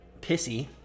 pissy